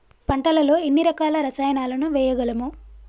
పంటలలో ఎన్ని రకాల రసాయనాలను వేయగలము?